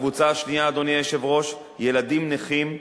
הקבוצה השנייה, אדוני היושב-ראש, ילדים נכים.